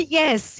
yes